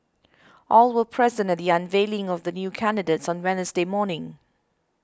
all were present at the unveiling of the new candidates on Wednesday morning